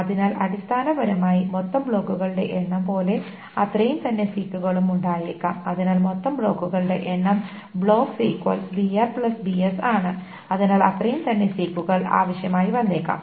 അതിനാൽ അടിസ്ഥാനപരമായി മൊത്തം ബ്ലോക്കുകളുടെ എണ്ണം പോലെ അത്രയുംതന്നെ സീക്കുകളും ഉണ്ടായേക്കാം അതിനാൽ മൊത്തം ബ്ലോക്കുകളുടെ എണ്ണം ആണ് അതിനാൽ അത്രയുംതന്നെ സീക്കുകൾ ആവശ്യമായി വന്നേക്കാം